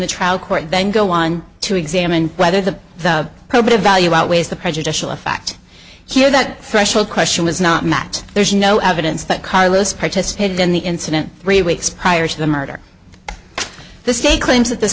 the trial court then go on to examine whether the probative value outweighs the prejudicial effect here that threshold question was not met there's no evidence that carlos participated in the incident three weeks prior to the murder the state claims that this